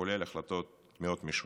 כולל החלטות מאוד משונות.